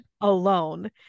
alone